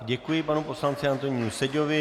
Děkuji panu poslanci Antonínu Seďovi.